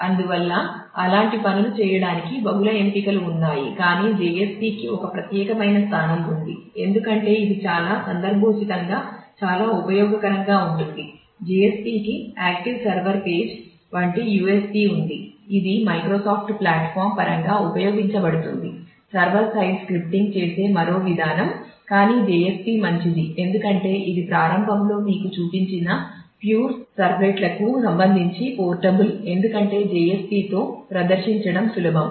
అందువల్ల అలాంటి పనులు చేయడానికి బహుళ ఎంపికలు ఉన్నాయి కానీ JSP కి ఒక ప్రత్యేకమైన స్థానం ఉంది ఎందుకంటే ఇది చాలా సందర్భోచితంగా చాలా ఉపయోగకరంగా ఉంటుంది JSP కి ఆక్టివ్ సర్వర్ పేజీ ఎందుకంటే JSP తో ప్రదర్శించడం సులభం